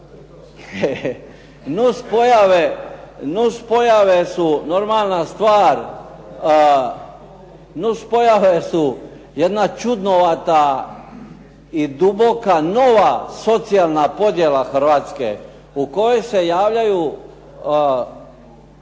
Nuspojave su normalna stvar. Nuspojave su jedna čudnovata i duboka nova socijalna podjela Hrvatske u kojoj se javljaju